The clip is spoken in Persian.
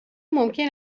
ممکن